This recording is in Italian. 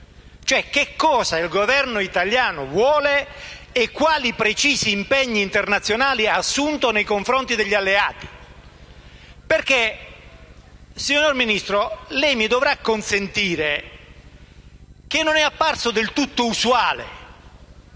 Governo: cosa il Governo italiano vuole e quali precisi impegni internazionali ha assunto nei confronti degli alleati. Signor Ministro, lei mi dovrà concedere che non è apparso del tutto usuale